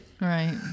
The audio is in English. right